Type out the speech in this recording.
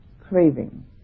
craving